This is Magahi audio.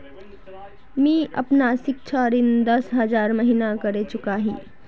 मी अपना सिक्षा ऋण दस हज़ार महिना करे चुकाही